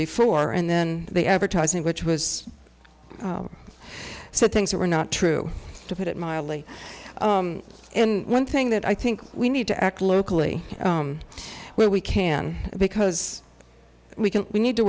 before and then the advertising which was so things that were not true to put it mildly in one thing that i think we need to act locally where we can because we can we need to